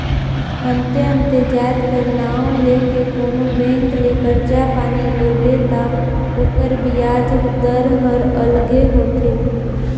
अन्ते अन्ते जाएत कर नांव ले के कोनो बेंक ले करजा पानी लेबे ता ओकर बियाज दर हर अलगे होथे